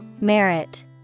Merit